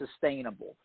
sustainable